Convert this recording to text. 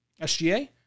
SGA